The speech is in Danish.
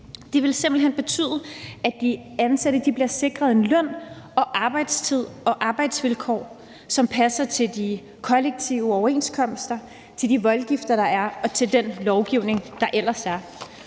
Det vil simpelt hen betyde, at de ansatte bliver sikret løn, arbejdstid og arbejdsvilkår, som passer til de kollektive overenskomster, til de voldgifter, der er, og til den lovgivning, der ellers er.